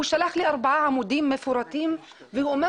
הוא שלח לי ארבעה עמודים מפורטים והוא אומר